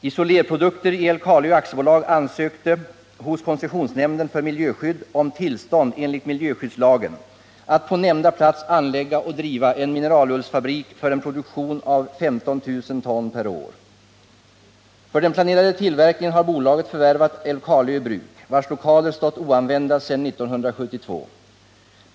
Isolerprodukter i Älvkarleö Aktiebolag ansökte hos koncessionsnämnden för miljöskydd om tillstånd enligt miljöskyddslagen att på nämnda plats anlägga och driva en mineralullsfabrik för en produktion av 15 000 ton per år. För den planerade tillverkningen har bolaget förvärvat Älvkarleö Bruk, vars lokaler stått oanvända sedan 1972.